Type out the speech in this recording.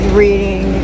reading